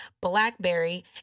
blackberry